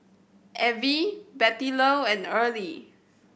Avie Bettylou and Early